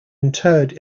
interred